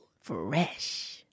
Fresh